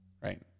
right